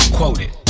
Quoted